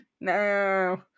No